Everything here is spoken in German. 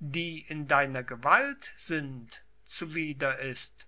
die in deiner gewalt sind zuwider ist